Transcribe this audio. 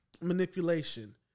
manipulation